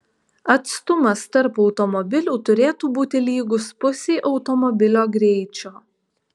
atstumas tarp automobilių turėtų būti lygus pusei automobilio greičio